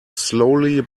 slowly